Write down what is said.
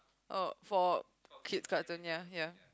oh for kid's cousin ya ya